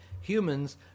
humans